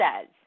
says